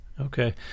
Okay